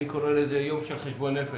אני קורא לזה יום של חשבון נפש.